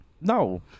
No